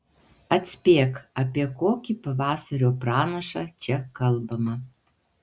atspėk apie kokį pavasario pranašą čia kalbama